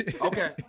Okay